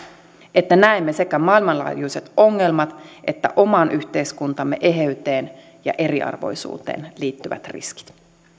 että näemme sekä maailmanlaajuiset ongelmat että oman yhteiskuntamme eheyteen ja eriarvoisuuteen liittyvät riskit